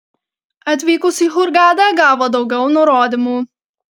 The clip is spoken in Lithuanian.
atvykus į hurgadą gavo daugiau nurodymų